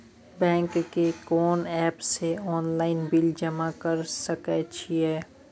Bank के कोन app से ऑनलाइन बिल जमा कर सके छिए?